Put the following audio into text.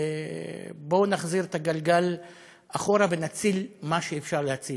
בואו נחזיר את הגלגל אחורה ונציל מה שאפשר להציל,